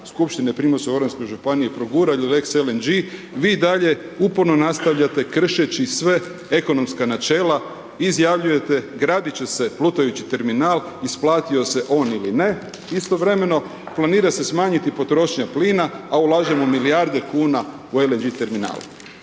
Skupštine Primorsko-goranske županije progurali lex LNG vi i dalje uporno nastavljate kršeći sve ekonomska načela, izjavljujete gradit će se plutajući terminal isplatio se on ili ne. Istovremeno planira se smanjiti potrošnja plina, a ulažemo milijarde kuna u LNG terminal.